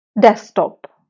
desktop